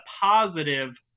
positive